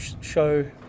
show